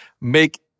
Make